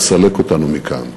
לסלק אותנו מכאן,